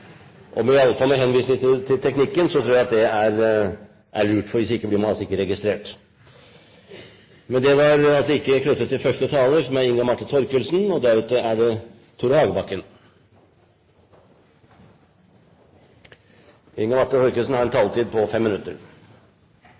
entret talerstolen. Iallfall med henvisning til teknikken tror presidenten at det er lurt, for hvis ikke blir man altså ikke registrert. Men det var ikke knyttet til første taler, som er Inga Marte Thorkildsen. Debatten i dag har vært ganske ideologisk, og det er bra. Jeg merker meg at Høyre og Fremskrittspartiet syns det